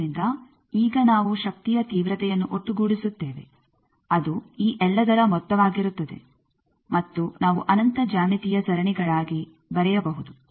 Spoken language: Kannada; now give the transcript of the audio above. ಆದ್ದರಿಂದ ಈಗ ನಾವು ಶಕ್ತಿಯ ತೀವ್ರತೆಯನ್ನು ಒಟ್ಟುಗೂಡಿಸುತ್ತೇವೆ ಅದು ಈ ಎಲ್ಲದರ ಮೊತ್ತವಾಗಿರುತ್ತದೆ ಮತ್ತು ನಾವು ಅನಂತ ಜ್ಯಾಮಿತೀಯ ಸರಣಿಗಳಾಗಿ ಬರೆಯಬಹುದು